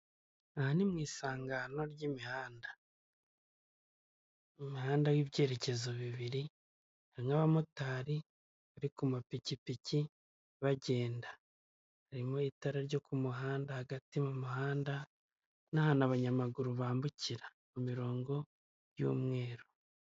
Aha ni mu isangano ry'imihanda. Imihanda y'ibyerekezo bibiri harimo abamotari bari ku mapikipiki bagenda harimo itara ryo ku muhanda hagati mu muhanda n'ahantu abanyamaguru bambukira murongo y'umweru.